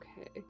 Okay